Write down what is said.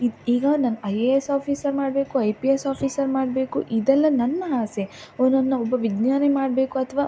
ಈಗ ಈಗ ನಾನು ಐ ಎ ಎಸ್ ಆಫೀಸರ್ ಮಾಡಬೇಕು ಐ ಪಿ ಎಸ್ ಆಫೀಸರ್ ಮಾಡಬೇಕು ಇದೆಲ್ಲ ನನ್ನ ಆಸೆ ಅವ್ನನ್ನು ಒಬ್ಬ ವಿಜ್ಞಾನಿ ಮಾಡಬೇಕು ಅಥ್ವಾ